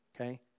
okay